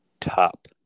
top